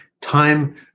time